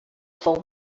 for